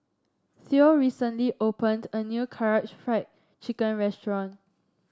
Theo recently opened a new Karaage Fried Chicken Restaurant